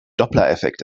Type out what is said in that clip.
dopplereffekt